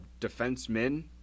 defensemen